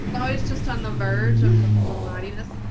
but always just on the verge of a little naughtiness.